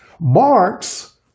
Marx